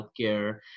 healthcare